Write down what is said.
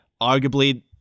arguably